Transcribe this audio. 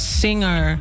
singer